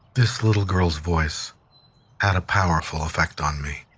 this little girl's voice had a powerful effect on me